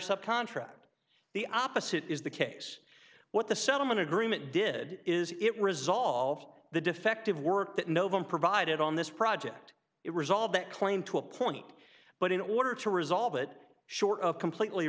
sub contract the opposite is the case what the settlement agreement did is it resolved the defective work that no one provided on this project it resolved that claim to a point but in order to resolve it short of completely